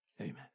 Amen